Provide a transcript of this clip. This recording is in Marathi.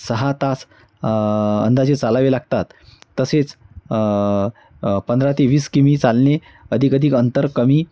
सहा तास अंदाजे चालावे लागतात तसेच पंधरा ते वीस किमी चालणे अधिक अधिक अंतर कमी